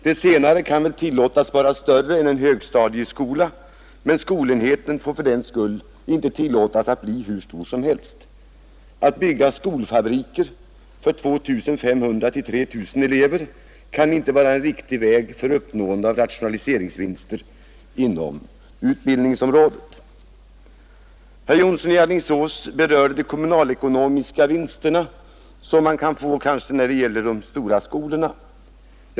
De senare kan väl tillåtas vara större än en högstadieskola, men skolenheten får fördenskull inte tillåtas bli hur stor som helst. Att bygga ”skolfabriker” för 2 500—3 000 elever kan inte vara en riktig väg för uppnående av rationaliseringsvinster inom utbildningsområdet. Herr Jonsson i Alingsås berörde de kommunalekonomiska vinster som man kanske kan få genom att bygga stora skolor.